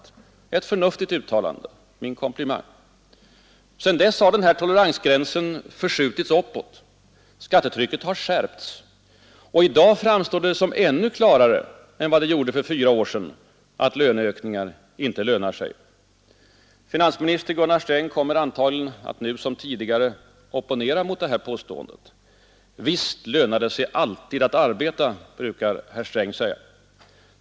Ett förnuftigt uttalande — min komplimang! Sedan dess har den här toleransgränsen förskjutits uppåt. Skattetrycket har skärpts, och i dag framstår det som ännu klarare än det gjorde för fyra år sedan att löneökningar inte lönar sig. Finansminister Gunnar Sträng kommer antagligen att nu som tidigare opponera mot det påståendet. Visst lönar det sig alltid att arbeta, brukar herr Sträng säga.